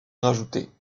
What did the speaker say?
rajoutées